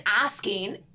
asking